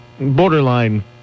borderline